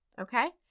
okay